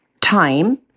time